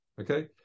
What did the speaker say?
Okay